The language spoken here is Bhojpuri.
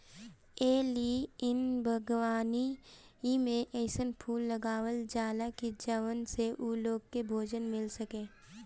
ए लिए इ बागवानी में अइसन फूल लगावल जाला की जवना से उ लोग के भोजन मिल सके